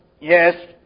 Yes